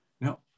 no